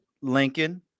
Lincoln